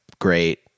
great